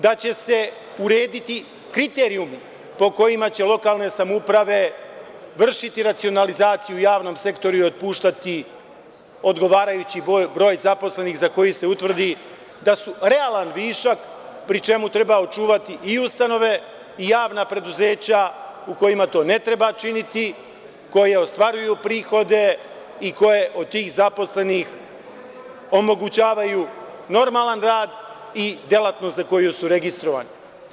Da će se urediti kriterijum po kojima će lokalne samouprave vršiti racionalizaciju u javnom sektoru i otpuštati odgovarajući broj zaposlenih za koji se utvrdi da su realan višak, pri čemu treba očuvati i ustanove i javna preduzeća u kojima to ne treba činiti, koja ostvaruju prihode i koje od tih zaposlenih omogućavaju normalan rad i delatnost za koju su registrovani.